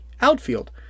outfield